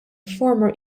former